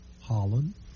Holland